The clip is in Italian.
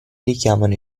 richiamano